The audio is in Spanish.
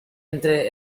entre